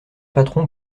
patron